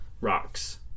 rocks